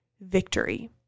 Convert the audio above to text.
victory